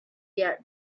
yet